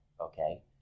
Okay